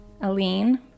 Aline